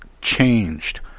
changed